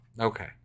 okay